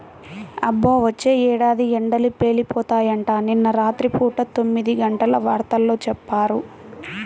అబ్బో, వచ్చే ఏడాది ఎండలు పేలిపోతాయంట, నిన్న రాత్రి పూట తొమ్మిదిగంటల వార్తల్లో చెప్పారు